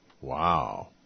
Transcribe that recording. Wow